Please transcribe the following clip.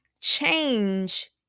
change